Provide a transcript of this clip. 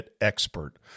expert